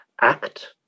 act